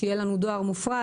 שיהיה לנו דואר מופרט.